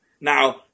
Now